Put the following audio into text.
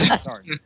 sorry